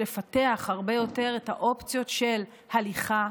לפתח הרבה יותר את האופציות של הליכה,